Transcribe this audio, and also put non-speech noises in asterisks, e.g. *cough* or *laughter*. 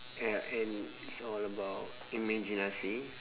*noise* and it's all about imaginasi